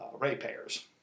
ratepayers